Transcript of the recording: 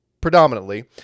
predominantly